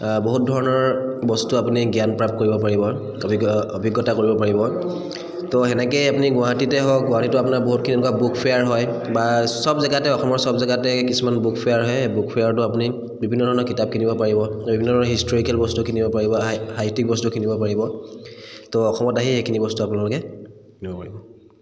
বহুত ধৰণৰ বস্তু আপুনি জ্ঞান প্ৰ্ৰাপ্ত কৰিব পাৰিব অভিজ্ঞ অভিজ্ঞতা কৰিব পাৰিব তো তেনেকেই আপুনি গুৱাহাটীতে হওক গুৱাহাটীটো আপোনাৰ বহুতখিনি এনেকুৱা বুক ফেয়াৰ হয় বা চব জেগাতে অসমৰ চব জেগাতে কিছুমান বুক ফেয়াৰ হয় সেই বুক ফেয়াৰটো আপুনি বিভিন্ন ধৰণৰ কিতাপ কিনিব পাৰিব বিভিন্ন ধৰণৰ হিষ্ট'ৰিকেল বস্তু কিনিব পাৰিব সা সাহিত্যিক বস্তু কিনিব পাৰিব তো অসমত আহি সেইখিনি বস্তু আপোনালোকে কিনিব পাৰিব